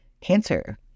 Cancer